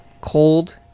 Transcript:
cold